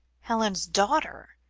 helen's daughter?